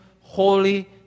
holy